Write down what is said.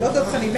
זה לא דב חנין.